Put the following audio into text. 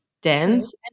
dance